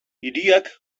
hiriak